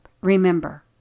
remember